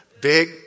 big